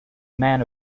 man